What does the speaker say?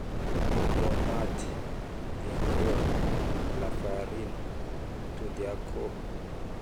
tomaty, dingolo, lafarina, atodyt akôho